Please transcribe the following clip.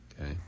Okay